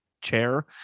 chair